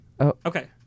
Okay